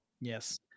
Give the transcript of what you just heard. Yes